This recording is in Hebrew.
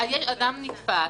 --- אדם נתפס,